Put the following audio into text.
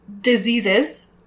diseases